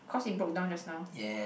cause it broke down just now